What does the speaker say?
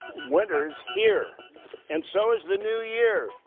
winter is here and so is the new year.